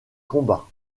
combat